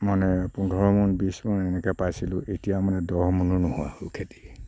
মানে পোন্ধৰ মোন বিছ মোন এনেকৈ পাইছিলোঁ এতিয়া মানে দহ মোনো নোহোৱা হ'ল খেতি